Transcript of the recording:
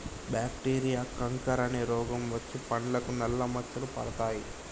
bacteria canker అనే రోగం వచ్చి పండ్లకు నల్ల మచ్చలు పడతాయి